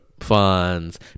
funds